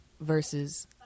versus